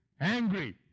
angry